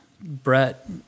Brett